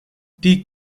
die